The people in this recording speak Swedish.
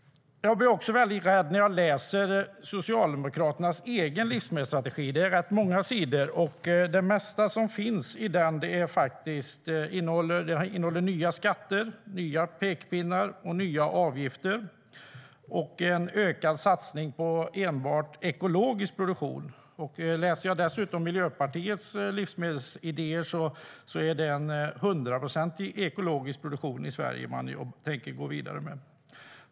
Jag blir rädd när jag läser Socialdemokraternas egen livsmedelsstrategi. Det är rätt många sidor. Den innehåller nya skatter, nya pekpinnar, nya avgifter och en ökad satsning på enbart ekologisk produktion. Läser jag dessutom Miljöpartiets livsmedelsidéer ser jag att det är en hundraprocentig ekologisk produktion i Sverige som man tänker gå vidare med.